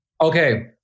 Okay